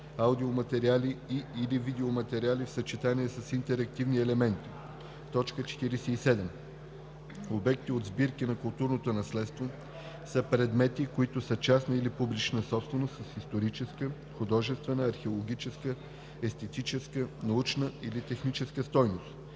аудиоматериали и/или видеоматериали в съчетание с интерактивни елементи. 47. „Обекти от сбирки на културното наследство“ са предмети, които са частна или публична собственост с историческа, художествена, археологическа, естетическа, научна или техническа стойност,